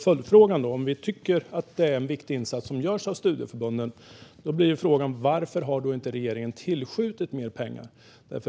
Om vi tycker att det är en viktig insats som görs av studieförbunden blir följdfrågan: Varför har inte regeringen tillskjutit mer pengar?